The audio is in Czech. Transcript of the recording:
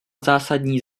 zásadní